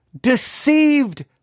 deceived